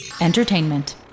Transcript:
Entertainment